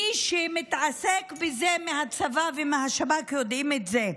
מי שמתעסק בזה מהצבא ומהשב"כ יודעים את זה.